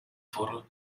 for